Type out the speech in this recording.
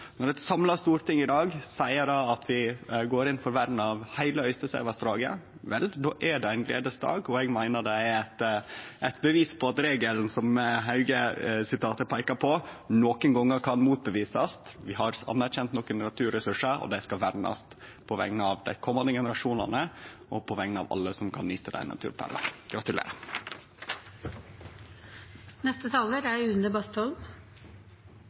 Når ein samla storting i dag seier at vi går inn for vern av heile Øystesevassdraget, er det ein gledesdag, og eg meiner det er eit bevis på at regelen som Hauge-sitatet peikar på, nokon gonger kan motbevisast. Vi har anerkjent nokre naturressursar, og dei skal vernast på vegner av dei komande generasjonane og på vegner av alle som kan nyte